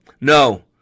No